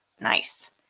Nice